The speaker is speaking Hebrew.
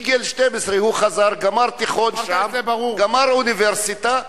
בגיל 12 הוא חזר, גמר שם תיכון, גמר אוניברסיטה,